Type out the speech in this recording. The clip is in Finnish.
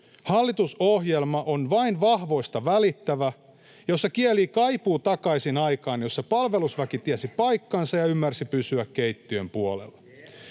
Hallitusohjelma on vain vahvoista välittävä, ja se kielii kaipuuta takaisin aikaan, jolloin palvelusväki tiesi paikkansa ja ymmärsi pysyä keittiön puolella.